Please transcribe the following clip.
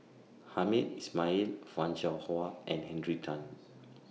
Hamed Ismail fan Shao Hua and Henry Tan